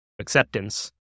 acceptance